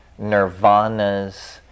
nirvanas